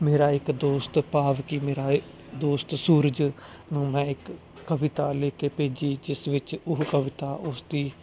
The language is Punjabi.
ਮੇਰਾ ਇੱਕ ਦੋਸਤ ਭਾਵ ਕਿ ਮੇਰਾ ਦੋਸਤ ਸੂਰਜ ਨੂੰ ਮੈਂ ਇੱਕ ਕਵਿਤਾ ਲਿਖ ਕੇ ਭੇਜੀ ਜਿਸ ਵਿੱਚ ਉਹ ਕਵਿਤਾ ਉਸਦੀ